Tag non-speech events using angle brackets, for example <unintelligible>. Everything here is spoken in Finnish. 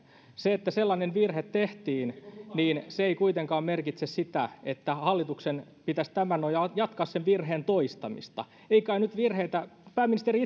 se että sellainen virhe tehtiin ei kuitenkaan merkitse sitä että hallituksen pitäisi tämän nojalla jatkaa sen virheen toistamista ei kai nyt virheitä pääministeri <unintelligible>